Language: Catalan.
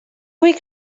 vull